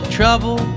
trouble